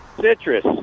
citrus